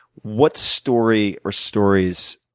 what story or stories